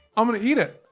i'm gonna eat it.